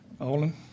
olin